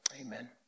amen